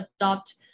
adopt